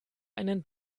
einen